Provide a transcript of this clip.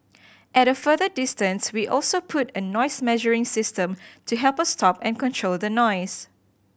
at a further distance we also put a noise measuring system to help us stop and control the noise